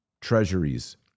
treasuries